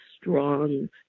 strong